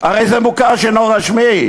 הרי זה מוכר שאינו רשמי,